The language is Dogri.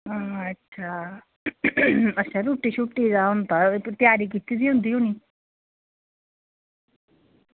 अच्छा अच्छा रुट्टी शूट्टी दा होंदा तयारी कीती दी होंदी होनी